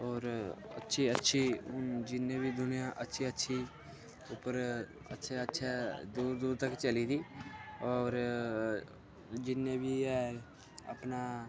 होर अच्छी अच्छी जिन्नी बी दुनिया अच्छी अच्छी उप्पर अच्छै अच्छै दूर दूर तक चली दी होर जिन्ने बी एह् अपना